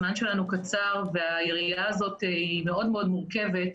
הזמן שלנו קצר והיריעה הזאת היא מאוד מאוד מורכבת.